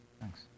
Thanks